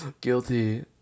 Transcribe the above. guilty